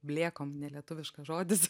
blėkom nelietuviškas žodis